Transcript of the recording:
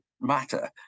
matter